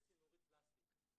שאנט זה צינורית פלסטיק.